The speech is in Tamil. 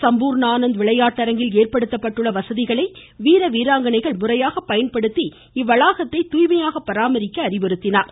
சம்பூர்ன ஆனந்த் விளையாட்டரங்கில் ஏற்படுத்தப்பட்டுள்ள வசதிகளை வீர வீராங்கனைகள் முறையாக பயன்படுத்தி இவ்வளாகத்தை தூய்மையாக பராமரிக்க அறிவுறுத்தினார்